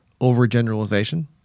overgeneralization